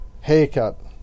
haircut